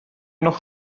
noch